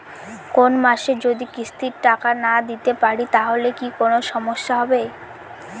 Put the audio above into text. কোনমাসে যদি কিস্তির টাকা না দিতে পারি তাহলে কি কোন সমস্যা হবে?